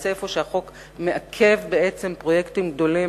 יוצא אפוא שהחוק מעכב פרויקטים גדולים